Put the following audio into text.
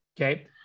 okay